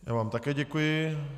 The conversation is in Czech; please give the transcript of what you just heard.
Já vám také děkuji.